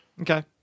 Okay